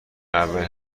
اولین